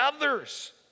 others